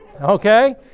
okay